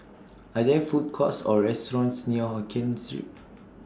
Are There Food Courts Or restaurants near Hokien Street